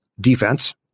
defense